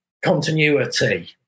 continuity